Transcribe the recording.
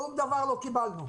שום דבר לא קיבלנו,